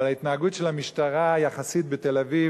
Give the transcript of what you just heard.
אבל ההתנהגות של המשטרה בתל-אביב,